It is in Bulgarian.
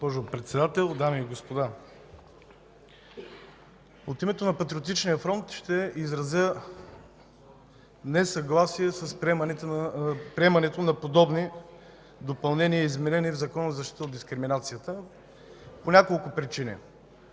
От името на Патриотичния фронт ще изразя несъгласие с приемането на подобни допълнения и изменения в Закона за защита от дискриминация по няколко причини.